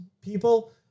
people